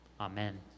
Amen